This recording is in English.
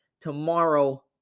tomorrow